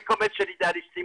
וקומץ של אידיאליסטים,